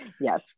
Yes